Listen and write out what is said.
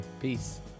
Peace